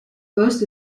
poste